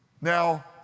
Now